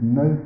no